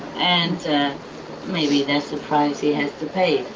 and maybe that's the price he has to pay,